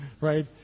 right